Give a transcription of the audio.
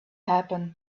happen